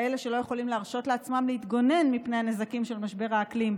כאלה שלא יכולים להרשות לעצמם להתגונן מפני הנזקים של משבר האקלים,